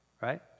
right